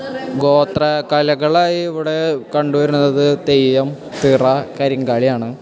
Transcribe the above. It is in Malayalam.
ഗോത്ര കലകളായി ഇവിടെ കണ്ടുവരുന്നത് തെയ്യം തിറ കരിങ്കാളിയാണ്